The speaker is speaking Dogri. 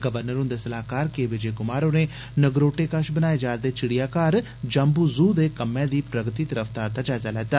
गवरनर हू न्दे सलाहकार के विजय कुमार होरें नगरोटे कश बनाए जा रदे चिड़ियाघर 'जाम्बू ज़ू' दे कम्मै दी प्रगति ते रफ्तार दा जायजा लैता